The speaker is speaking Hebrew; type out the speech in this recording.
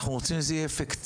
אנחנו רוצים שזה יהיה אפקטיבי,